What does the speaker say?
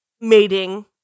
mating